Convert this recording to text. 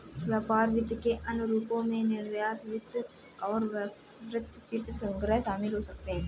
व्यापार वित्त के अन्य रूपों में निर्यात वित्त और वृत्तचित्र संग्रह शामिल हो सकते हैं